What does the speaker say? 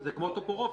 זה כמו טופורובסקי.